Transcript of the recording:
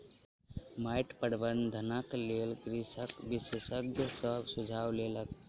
माइट प्रबंधनक लेल कृषक विशेषज्ञ सॅ सुझाव लेलक